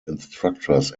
instructors